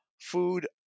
food